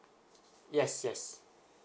yes yes